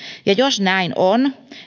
jos näin on